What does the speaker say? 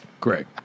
Greg